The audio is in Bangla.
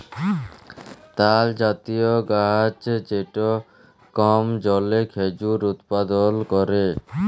তালজাতীয় গাহাচ যেট কম জলে খেজুর উৎপাদল ক্যরে